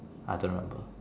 I don't remember